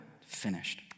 finished